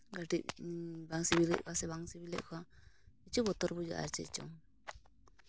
ᱠᱟᱹᱴᱤᱡ ᱵᱟᱝ ᱥᱤᱵᱤᱞᱮᱫ ᱠᱚᱣᱟ ᱥᱮ ᱵᱟᱝ ᱥᱤᱵᱤᱞᱮᱜᱫ ᱠᱚᱣᱟ ᱠᱤᱪᱷᱩ ᱵᱚᱛᱚᱨ ᱵᱩᱡᱷᱟᱹᱜᱼᱟ ᱟᱨ ᱪᱮᱫ ᱪᱚᱝ